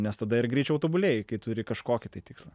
nes tada ir greičiau tobuli kai turi kažkokį tai tikslą